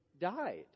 died